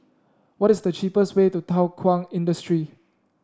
what is the cheapest way to Thow Kwang Industry